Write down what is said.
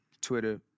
Twitter